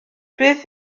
beth